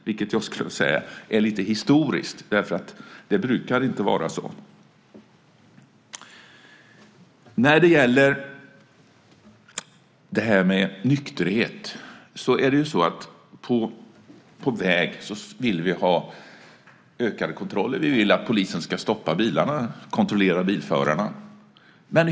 Det är också, skulle jag vilja säga, lite historiskt, för det brukar inte vara så. När det gäller nykterhet på väg vill vi ha ökade kontroller. Vi vill att polisen ska stoppa bilarna och kontrollera bilförarna.